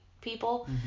people